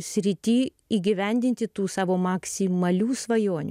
srity įgyvendinti tų savo maksimalių svajonių